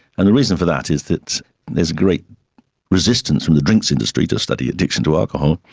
and the reason for that is that there is great resistance from the drinks industry to study addiction to alcohol,